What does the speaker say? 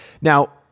Now